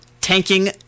tanking